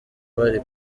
bari